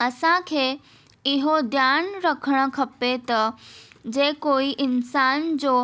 असांखे इहो ध्यानु रखणु खपे त जे कोई इन्सानु जो